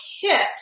hit